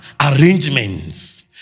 arrangements